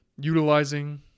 Utilizing